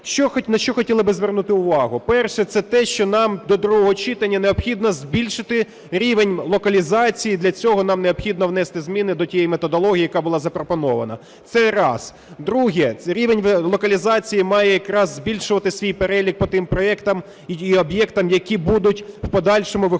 На що хотіли би звернути увагу. Перше – це те, що нам до другого читання необхідно збільшити рівень локалізації. Для цього нам необхідно внести зміни до тієї методології, яка була запропонована – це раз. Друге. Рівень локалізації має якраз збільшувати свій перелік по тим проектам і об'єктам, які будуть в подальшому виходити